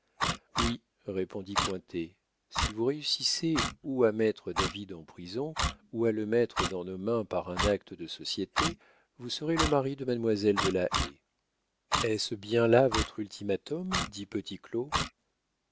oui répondit cointet si vous réussissez ou à mettre david en prison ou à le mettre dans nos mains par un acte de société vous serez le mari de mademoiselle de la haye est-ce bien là votre ultimatum dit